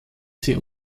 sie